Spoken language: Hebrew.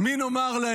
למי נאמר: